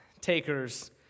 takers